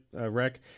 wreck